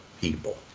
people